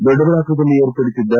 ದೊಡ್ಡಬಳ್ಳಾಪುರದಲ್ಲಿ ಏರ್ಪಡಿಸಿದ್ದ